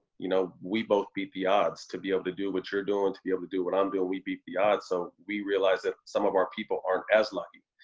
you know? we both beat the odds to be able to do what you're doing, to be able to do what um we beat the odds. so we realized that some of our people aren't as lucky.